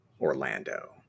orlando